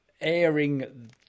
airing